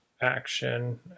action